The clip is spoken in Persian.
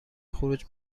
خروج